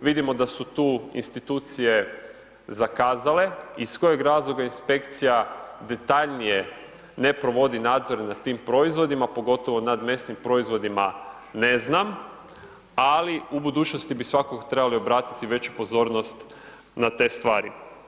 vidimo da su tu institucije zakazale, iz kojeg razloga inspekcija detaljnije ne provodi nadzor nad tim proizvodima, pogotovo nas mesnim proizvodima, ne znam, ali u budućnosti bi svakako trebali obratiti veću pozornost na te stvari.